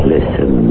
Listen